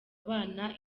bana